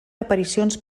aparicions